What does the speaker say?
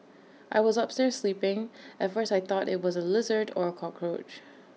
I was upstairs sleeping at first I thought IT was A lizard or A cockroach